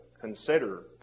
consider